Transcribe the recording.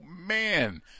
man